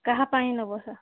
କାହା ପାଇଁ ନେବ ସାର୍